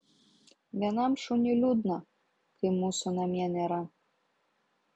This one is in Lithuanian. vienam šuniui liūdna kai mūsų namie nėra